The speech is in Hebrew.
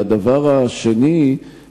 והדבר השני,